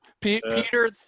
Peter